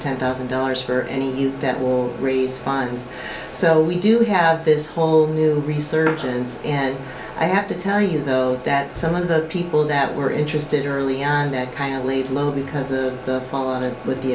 ten thousand dollars for any youth that will raise funds so we do have this whole new resurgence and i have to tell you though that some of the people that were interested in early on that kind of leave because of the with the